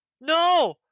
No